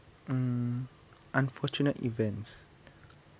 mm unfortunate events